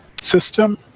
system